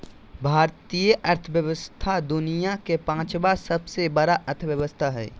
भारतीय अर्थव्यवस्था दुनिया के पाँचवा सबसे बड़ा अर्थव्यवस्था हय